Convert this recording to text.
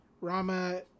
Rama